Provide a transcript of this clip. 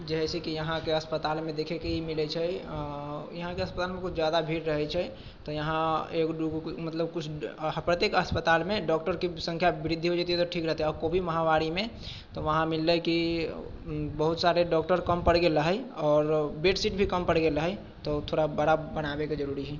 जैसेकि यहाँके अस्पतालमे देखेके ई मिलैत छै यहाँके अस्पतालमे किछु जादा भीड़ रहैत छै तऽ यहाँ एक दू गो मतलब किछु प्रत्येक अस्पतालमे डॉक्टरके संख्यामे वृद्धि हो जायत तऽ ठीक रहतै कोविड महामारीमे तऽ वहाँ मिललै कि बहुत सारे डॉक्टर कम पर गेल रहै आओर बेडशीट भी कम पर गेल रहै तो थोड़ा बड़ा बनाबेके जरूरी हइ